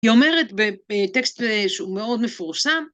היא אומרת בטקסט שהוא מאוד מפורסם,